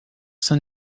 saint